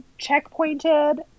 checkpointed